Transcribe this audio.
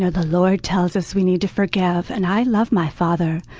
ah the lord tells us we need to forgive. and i love my father,